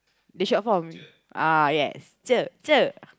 the short form ah yes Cher Cher